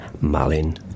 Malin